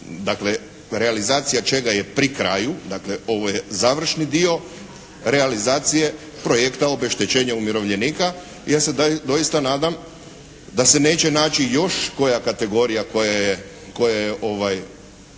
dakle realizacija čega je pri kraju, dakle ovo je završni dio realizacije projekta obeštećenja umirovljenika. Ja se doista nadam da se neće naći još koja kategorija koja je oštećena